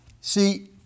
see